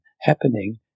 Happening